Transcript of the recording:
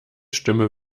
stimme